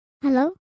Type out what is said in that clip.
Hello